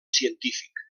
científic